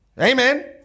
Amen